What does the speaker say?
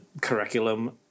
curriculum